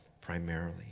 primarily